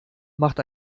macht